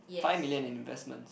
five million in investment